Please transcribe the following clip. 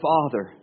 Father